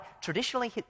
traditionally